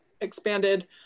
expanded